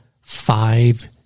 five